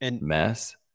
mess